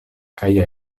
kaj